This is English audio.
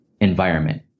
environment